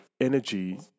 energy